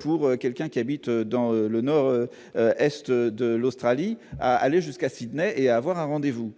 pour quelqu'un qui habite dans le nord-est de l'Australie à aller jusqu'à Sydney et à avoir, a rendez-vous,